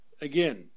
Again